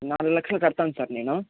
నాలుగు లక్షలు కడతాను సార్ నేను